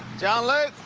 john luke!